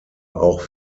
auch